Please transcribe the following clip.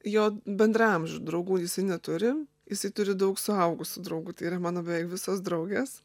jo bendraamžių draugų jisai neturi jisai turi daug suaugusių draugų tai yra mano visos draugės